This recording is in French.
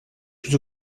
plus